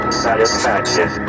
satisfaction